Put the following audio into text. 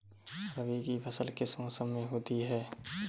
रबी की फसल किस मौसम में होती है?